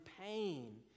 pain